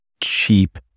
cheap